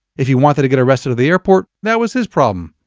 if he wanted to get arrested at the airport, that was his problem.